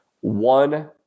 One